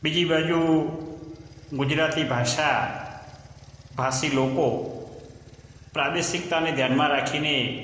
બીજી બાજુ ગુજરતી ભાષા ભાષી લોકો પ્રાદેશીકતાને ધ્યાનમાં રાખીને